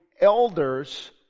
elders